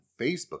Facebook